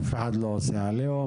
אף אחד לא עושה עליהום,